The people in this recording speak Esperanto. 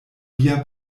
via